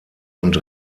und